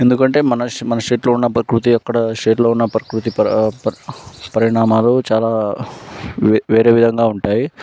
ఎందుకంటే మన స్టేట్లో ఉన్న ప్రకృతి పక్క స్టేట్లో ఉన్న ప్రకృతి పరిణామాలు చాలా వేరే విధంగా ఉంటాయి